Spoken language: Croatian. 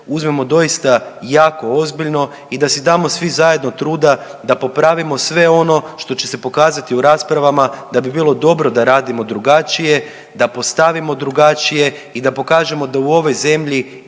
uzmemo doista jako ozbiljno i da si damo svi zajedno truda da popravimo sve ono što će se pokazati u raspravama da bi bilo dobro da radimo drugačije, da postavimo drugačije i da pokažemo da u ovoj zemlji